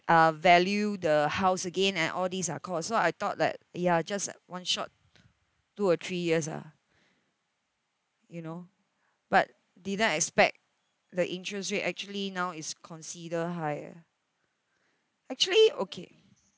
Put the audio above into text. uh value the house again and all these are costs so I thought that ya just like one shot two or three years ah you know but didn't expect the interest rate actually now is consider high ah actually okay